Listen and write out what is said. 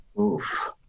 Oof